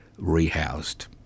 rehoused